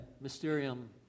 mysterium